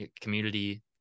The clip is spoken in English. community